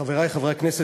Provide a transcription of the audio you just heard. חברי חברי הכנסת,